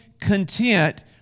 content